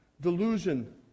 Delusion